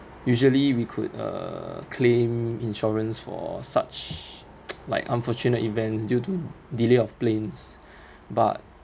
usually we could uh claim insurance for such like unfortunate events due to delay of planes but